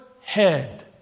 head